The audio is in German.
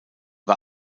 war